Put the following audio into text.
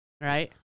right